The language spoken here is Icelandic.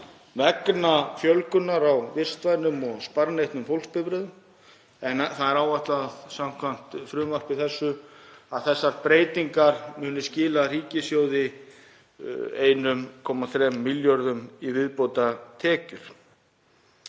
vegna fjölgunar á vistvænum og sparneytnum fólksbifreiðum. Það er áætlað samkvæmt frumvarpinu að þessar breytingar muni skila ríkissjóði 1,3 milljörðum í viðbótartekjur.